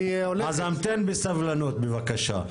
אז המתן בסבלנות בבקשה.